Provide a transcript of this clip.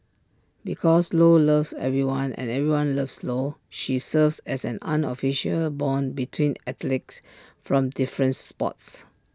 because lo loves everyone and everyone loves lo she serves as an unofficial Bond between athletes from different sports